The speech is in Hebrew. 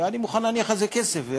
אני מוכן להניח על זה כסף.